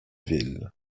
ville